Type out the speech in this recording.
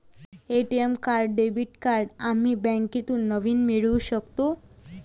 ATM card credit card आम्ही बँकेतून नवीन मिळवू शकतो